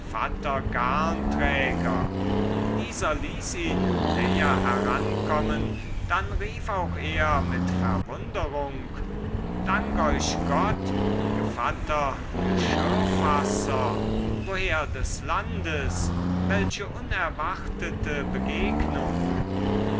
dieser ließ ihn näher herankommen dann rief auch er mit verwunderung dank euch gott gevatter geschirrfasser woher des landes welche unerwartete begegnung